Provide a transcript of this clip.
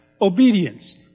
Obedience